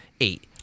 eight